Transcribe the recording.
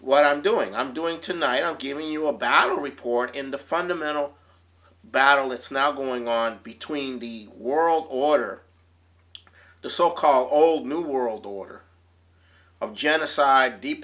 what i'm doing i'm doing tonight i'm giving you a battle report in the fundamental battle it's now going on between the world order the so called new world order of genocide